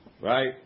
right